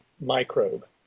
microbe